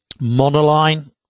monoline